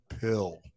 pill